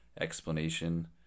explanation